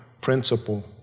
principle